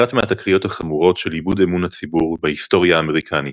אחת מהתקריות החמורות של איבוד אמון הציבור בהיסטוריה האמריקנית.